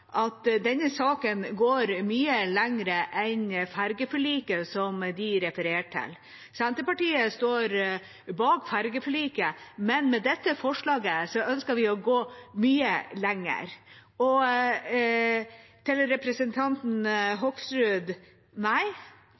at denne saken går mye lengre enn fergeforliket, som de refererte til. Senterpartiet står bak fergeforliket, men med dette forslaget ønsker vi å gå mye lengre. Til representanten Hoksrud: Nei,